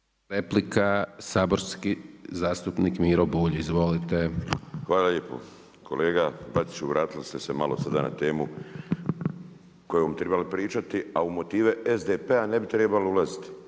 Replika saborski zastupnik Miro Bulj. Izvolite. **Bulj, Miro (MOST)** Hvala lijepo. Kolega Bačiću vratili ste se sada malo na temu o kojoj bi tribali pričati, a u motive SDP-a ne bi trebalo ulaziti.